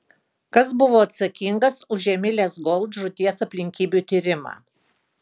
kas buvo atsakingas už emilės gold žūties aplinkybių tyrimą